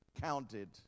counted